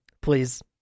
please